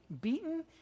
beaten